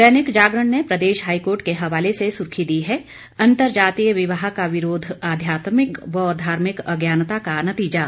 दैनिक जागरण ने प्रदेश हाईकोर्ट के हवाले से सुर्खी दी है अंतरजातीय विवाह का विरोध आध्यात्मिक व धार्मिक अज्ञानता का नतीजा